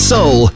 Soul